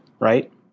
right